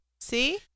See